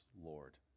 Lord